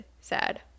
sad